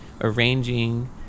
arranging